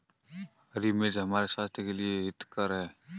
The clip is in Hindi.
हरी मिर्च हमारे स्वास्थ्य के लिए हितकर हैं